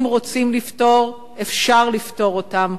אם רוצים לפתור אפשר לפתור אותן.